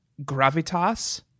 gravitas